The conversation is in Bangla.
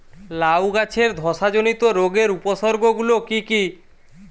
লাউ গাছের ধসা জনিত রোগের উপসর্গ গুলো কি কি?